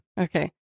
Okay